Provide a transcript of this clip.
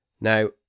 Now